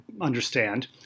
understand